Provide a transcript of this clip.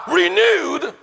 renewed